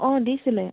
অঁ দিছিলে